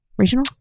Regionals